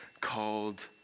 called